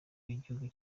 w’igihugu